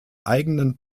eigenen